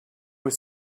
were